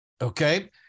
Okay